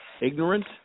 ignorant